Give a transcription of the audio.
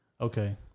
Okay